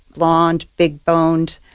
blonde, big boned,